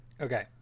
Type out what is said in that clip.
Okay